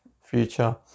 future